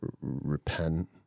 repent